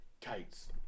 Kites